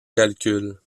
calcul